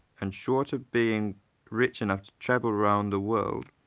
and short of being rich enough to travel around the world,